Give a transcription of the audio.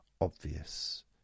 obvious